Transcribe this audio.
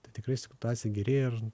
tai tikrai situacija gerėja ir